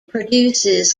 produces